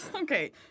Okay